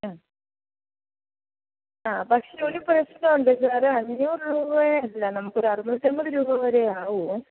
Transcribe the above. ഹ് ആ പക്ഷേ ഒരു പ്രശ്നം ഉണ്ട് സാറെ അഞ്ഞൂറ് രൂപയെ അല്ല നമുക്കൊരു അറന്നൂറ്റി അമ്പത് രൂപ വരെ ആവുവെ